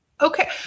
okay